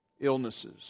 illnesses